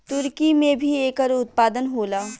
तुर्की में भी एकर उत्पादन होला